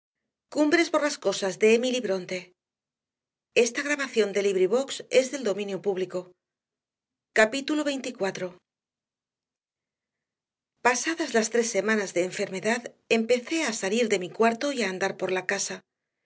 capítulo veinticuatro pasadas las tres semanas de enfermedad empecé a salir de mi cuarto y a andar por la casa